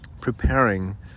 Preparing